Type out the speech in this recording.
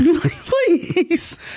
please